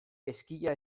ezkila